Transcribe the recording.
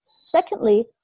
Secondly